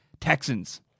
Texans